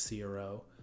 CRO